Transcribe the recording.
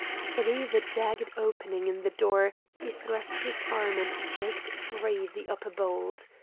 through the jagged opening in the door he thrust his arm and jerked free the upper bolt.